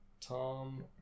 Tom